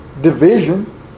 division